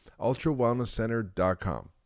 ultrawellnesscenter.com